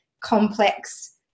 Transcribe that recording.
complex